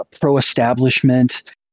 pro-establishment